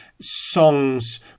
songs